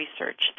research